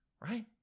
right